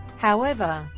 however,